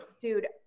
Dude